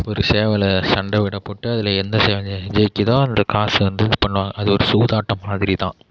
ஒரு சேவல சண்ட விடப்போட்டு அதில் எந்த சேவல ஜெயிக்குதோ அந்த காசு வந்து இது பண்ணுவாங்க அது ஒரு சூதாட்டம் மாதிரிதான்